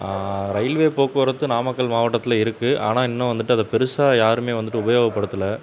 railway போக்குவரத்து நாமக்கல் மாவட்டத்தில் இருக்குது ஆனால் இன்னும் வந்துவிட்டு அதை பெருசாக யாருமே வந்துவிட்டு உபயோகப்படுத்தலை